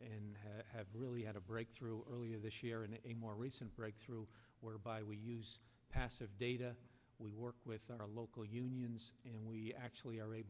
and have really had a breakthrough earlier this year in a more recent breakthrough whereby we use passive data we work with our local unions and we actually are able